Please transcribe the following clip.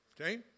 Okay